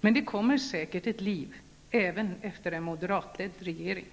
Men det kommer säkert ett liv även efter en moderatledd regering.